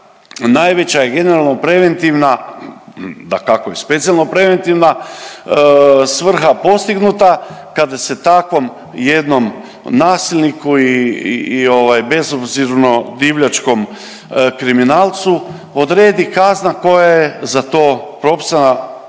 najveća je generalno preventivna, dakako i specijalno preventivna svrha postignuta kada se takvom jednom nasilniku i ovaj bezobzirno divljačko kriminalcu odredi kazna koja je za to propisana